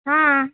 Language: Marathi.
हा